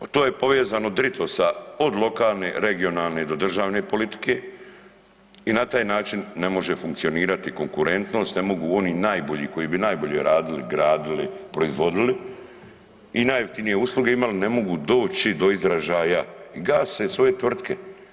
To je povezano drito sa od lokalne, regionalne do državne politike i na taj način ne može funkcionirati konkurentnost ne mogu oni najbolji koji bi najbolje radili, gradili, proizvodili i najjeftinije usluge imali ne mogu doći do izražaja i gase svoje tvrtke.